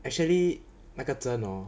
actually 那个针 orh